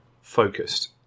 focused